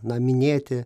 na minėti